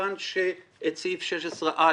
מכיוון שאת סעיף 16א',